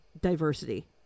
diversity